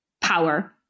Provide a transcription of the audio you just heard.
power